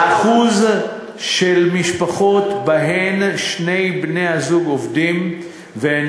האחוז של משפחות שבהן שני בני-הזוג עובדים והן